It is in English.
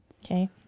Okay